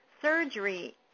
Surgery